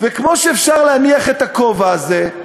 כמו שאפשר להניח את הכובע הזה,